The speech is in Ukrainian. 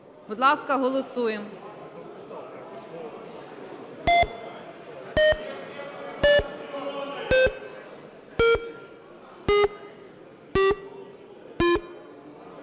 Будь ласка, голосуємо.